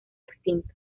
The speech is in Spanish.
extinto